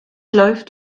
läuft